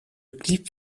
clip